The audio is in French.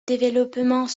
développement